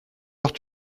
heure